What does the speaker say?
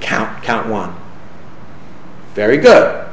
count count one very good